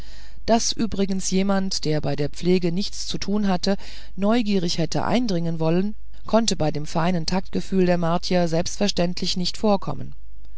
daß übrigens jemand der bei der pflege nichts zu tun hatte neugierig hätte eindringen wollen konnte bei dem feinen taktgefühl der martier selbstverständlich nicht vorkommen